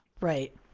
Right